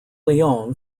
lyon